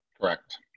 correct